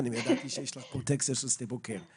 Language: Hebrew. אבל אני לא בטוחה שזה בכלל אצלנו.